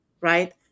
right